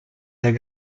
del